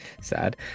sad